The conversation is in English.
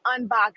unbox